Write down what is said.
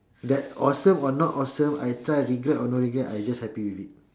that awesome or not awesome I try regret or no regret I just happy with it